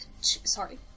sorry